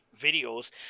videos